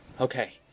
Okay